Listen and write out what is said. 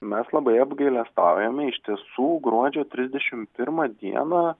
mes labai apgailestaujame iš tiesų gruodžio trisdešim pirmą dieną